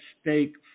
stake